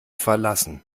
verlassen